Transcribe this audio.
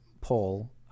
Paul